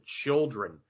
children